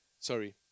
Sorry